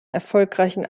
erfolgreichen